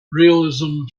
realism